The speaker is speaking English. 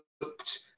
looked